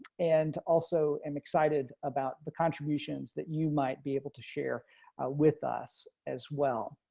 and also am excited about the contributions that you might be able to share with us as well.